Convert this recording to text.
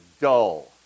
dull